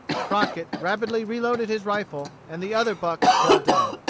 crockett rapidly reloaded his rifle, and the other buck fell dead.